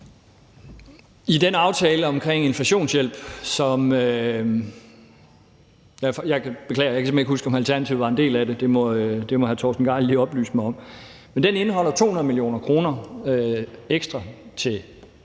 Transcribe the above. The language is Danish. men jeg kan simpelt hen ikke huske, om Alternativet var en del af den; det må hr. Torsten Gejl lige oplyse mig om – indeholder 200 mio. kr. ekstra til